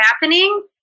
happening